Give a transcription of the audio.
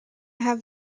have